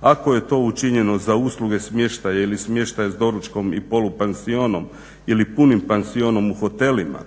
Ako je to učinjeno za usluge smještaja ili smještaja s doručkom i polupansionom ili punim pansionom u hotelima,